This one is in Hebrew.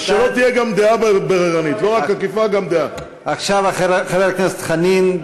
תודה רבה לחבר הכנסת דוד ביטן.